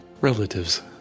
relatives